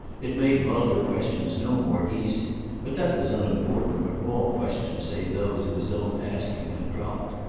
it made vulgar questions no more easy but that was unimportant when all questions save those of his own asking had dropped.